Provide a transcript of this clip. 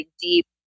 deep